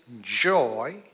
Joy